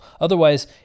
Otherwise